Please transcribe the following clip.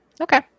Okay